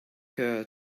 her